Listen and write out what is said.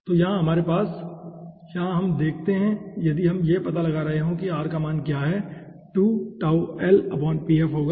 तो यहाँ हमारे पास है आप यहाँ से देखते हैं यदि आप यह पता लगा रहे हैं कि r का मान क्या है होगा